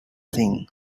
thing